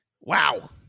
wow